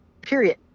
period